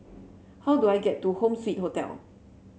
how do I get to Home Suite Hotel